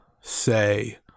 say